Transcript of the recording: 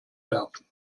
werfen